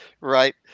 Right